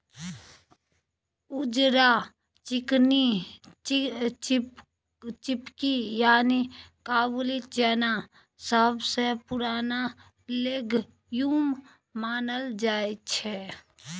उजरा चिकपी यानी काबुली चना सबसँ पुरान लेग्युम मानल जाइ छै